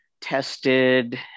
tested